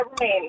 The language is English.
Rain